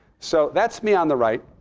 so that's me on the right.